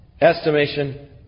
estimation